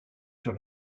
sur